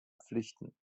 pflichten